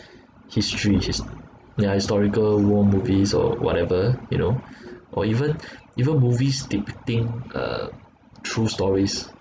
history his~ ya historical war movies or whatever you know or even even movies depicting uh true stories